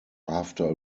after